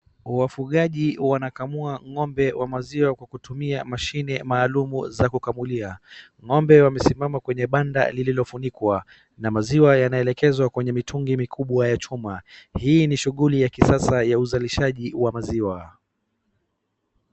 Wafugaji wanakamua ng'ombe wa maziwa kwa kutumia mashine maalum za kukamulia. Ng'ombe wamesimama kwenye banda lililofunikwa. Na maziwa yanaelekezwa kwenye mitungi mikubwa ya chuma. Hii ni shughuli ya kisasa ya uzalishaji wa maziwa.